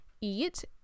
eat